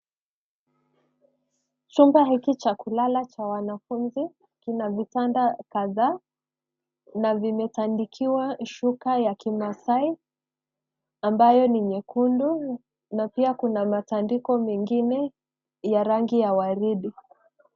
Chumba hiki cha kulala cha wanafunzi, kina vitanda kadhaa, na vimetandikiwa shuka ya kimaasai, ambayo ni nyekundu na pia kuna matandiko mengine ya rangi ya waridi.